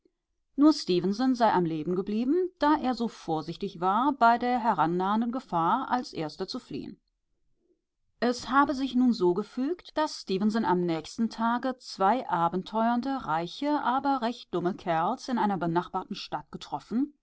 stefenson sei am leben geblieben da er so vorsichtig war bei der herannahenden gefahr als erster zu fliehen es habe sich nun so gefügt daß stefenson am nächsten tage zwei abenteuernde reiche aber recht dumme kerls in einer benachbarten stadt getroffen